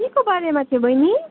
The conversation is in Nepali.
के को बारेमा थियो बहिनी